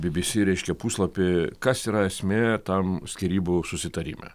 bbc reiškia puslapį kas yra esmė tam skyrybų susitarime